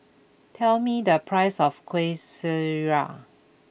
tell me the price of Kuih Syara